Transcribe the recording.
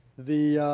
the